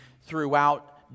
throughout